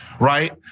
Right